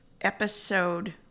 episode